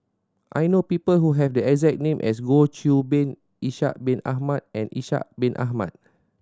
I know people who have the exact name as Goh Qiu Bin Ishak Bin Ahmad and Ishak Bin Ahmad